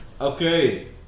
Okay